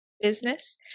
business